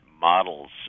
models